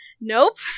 Nope